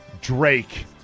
Drake